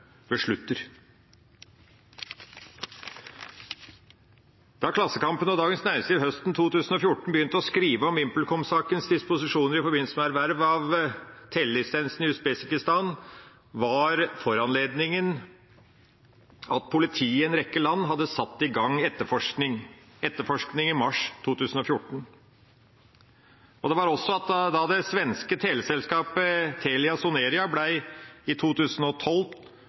beslutter. Da Klassekampen og Dagens Næringsliv høsten 2014 begynte å skrive om VimpelComs disposisjoner i forbindelse med erverv av telelisensene i Usbekistan, var foranledningen at politiet i en rekke land hadde satt i gang etterforskning i mars 2014. Også det